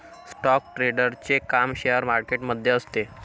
stock ट्रेडरचे काम share market मध्ये असते